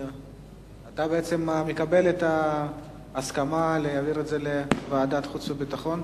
בעצם מקבל את ההסכמה להעביר את זה לוועדת החוץ והביטחון?